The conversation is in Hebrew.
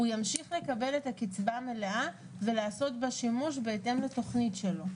ימשיך לקבל את הקצבה המלאה ולעשות בה שימוש בהתאם לתוכנית שלו.